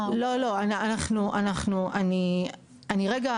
אני רגע,